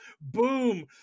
Boom